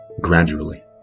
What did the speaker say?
gradually